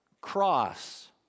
Cross